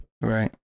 Right